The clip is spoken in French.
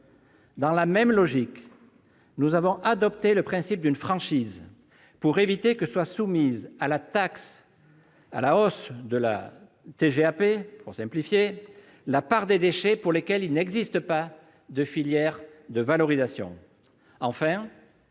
Dans la même logique, nous avons adopté le principe d'une franchise pour éviter que soit soumise à la hausse de la TGAP la part des déchets pour lesquels il n'existe pas de filière de valorisation.